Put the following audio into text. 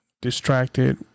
distracted